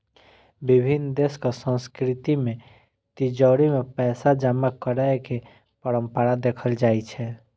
विभिन्न देशक संस्कृति मे तिजौरी मे पैसा जमा करै के परंपरा देखल जाइ छै